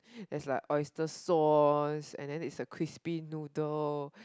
there's like oyster sauce and then it's a crispy noodle